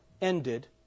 ended